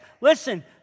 Listen